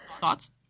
Thoughts